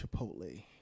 Chipotle